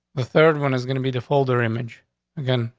the third one is gonna be the folder image again.